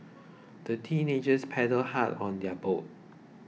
the teenagers paddled hard on their boat